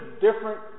different